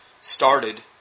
started